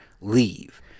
leave